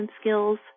skills